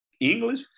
English